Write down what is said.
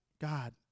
God